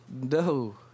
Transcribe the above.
No